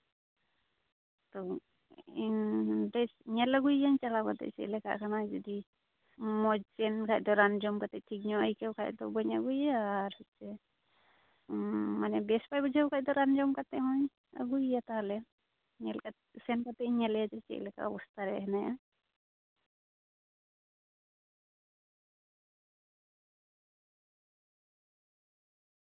ᱛᱚ ᱤᱧ ᱵᱮᱥ ᱧᱮᱞ ᱟᱹᱜᱩᱭᱤᱭᱟᱹᱧ ᱪᱟᱞᱟᱣ ᱠᱟᱛᱮᱫ ᱪᱮᱫᱞᱮᱠᱟᱜ ᱠᱟᱱᱟᱭ ᱡᱩᱫᱤ ᱢᱚᱡᱮᱱ ᱠᱷᱟᱱ ᱫᱚ ᱨᱟᱱ ᱡᱚᱢ ᱠᱟᱛᱮᱫ ᱴᱷᱤᱠ ᱧᱚᱜᱼᱮᱭ ᱟᱹᱭᱠᱟᱹᱣ ᱠᱷᱟᱱ ᱫᱚ ᱵᱟᱹᱧ ᱟᱹᱜᱩᱭᱮᱭᱟ ᱟᱨ ᱡᱮ ᱢᱟᱱᱮ ᱵᱮᱥ ᱵᱟᱭ ᱵᱩᱡᱷᱟᱹᱣ ᱠᱷᱟᱱ ᱫᱚ ᱨᱟᱱ ᱡᱚᱢ ᱠᱟᱛᱮᱫ ᱦᱚᱧ ᱟᱹᱜᱩᱭᱮᱭᱟ ᱛᱟᱦᱞᱮ ᱥᱮᱱ ᱠᱟᱛᱮᱧ ᱧᱮᱞᱟᱭ ᱡᱮ ᱪᱮᱫᱞᱮᱠᱟ ᱚᱵᱚᱥᱛᱷᱟ ᱨᱮ ᱦᱮᱱᱟᱭᱟ